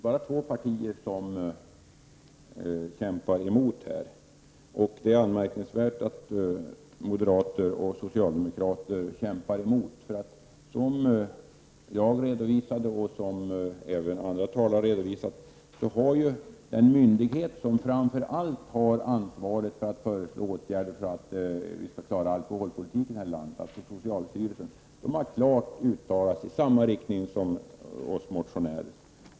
Bara två partier kämpar emot förslaget. Det är anmärkningsvärt att moderater och socialdemokrater kämpar emot förslaget. Som jag och andra talare redovisat har ju den myndighet som framför andra har ansvaret att föreslå åtgärder för att vi skall klara alkoholpolitiken här i landet, alltså socialstyrelsen, entydigt uttalat sig i samma riktning som vi motionärer.